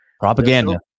propaganda